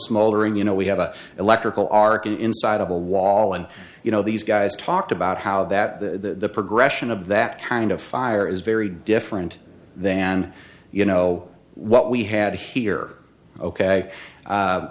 smoldering you know we have an electrical arc inside of a wall and you know these guys talked about how that the progression of that kind of fire is very different than you know what we had here ok